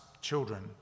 children